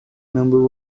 member